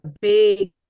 big